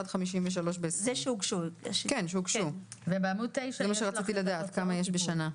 וב-2020 53. רציתי לדעת כמה תלונות מוגשות בשנה.